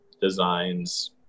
designs